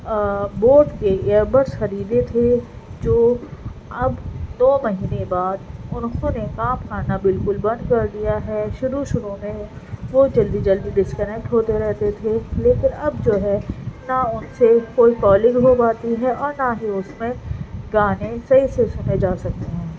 boat کے air buds خریدے تھے جو اب دو مہینے بعد انہوں نے کام کرنا بالکل بند کر دیا ہے شروع شروع میں وہ جلدی جلدی ڈسکنیٹ ہوتے رہتے تھے لیکن اب جو ہے نہ ان سے کوئی کالنگ ہو پاتی ہے اور نہ ہی اس میں گانے صحیح سے سنے جا سکتے ہیں